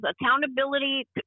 accountability